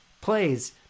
plays